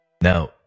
Now